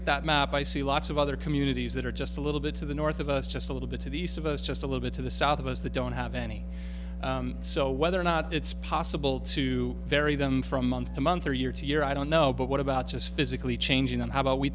at that map i see lots of other communities that are just a little bit to the north of us just a little bit to the east of us just a little bit to the south of us that don't have any so whether or not it's possible to vary them from month to month or year to year i don't know but what about just physically changing them how about we